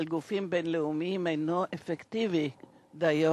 גופים בין-לאומיים אינו אפקטיבי דיו